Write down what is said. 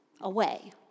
away